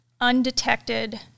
undetected